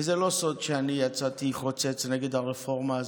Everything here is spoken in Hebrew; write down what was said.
וזה לא סוד שאני יצאתי חוצץ נגד הרפורמה הזאת,